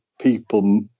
people